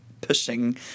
pushing